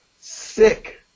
Sick